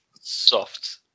soft